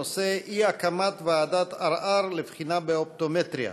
הנושא הוא: אי-הקמת ועדת ערר לבחינה באופטומטריה.